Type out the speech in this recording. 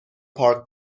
پارک